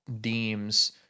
deems